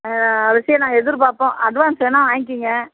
அவசியம் நாங்கள் எதிர்பார்ப்போம் அட்வான்ஸ் வேணால் வாங்கிக்கோங்க